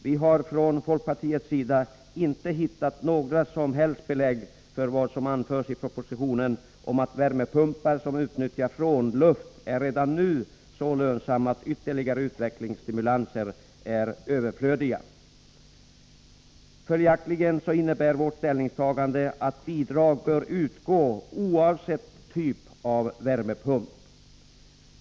Vi har från folkpartiets sida inte funnit något som helst belägg för vad som anförs i propositionen om att värmepumpar som utnyttjar frånluft redan nu är så lönsamma att ytterligare utvecklingsstimulanser är överflödiga. Följaktligen innebär vårt ställningstagande att bidrag bör utgå oavsett typ av värmepumpar.